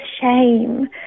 shame